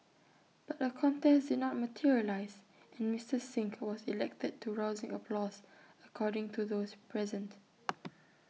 but A contest did not materialise and Mister Singh was elected to rousing applause according to those present